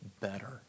better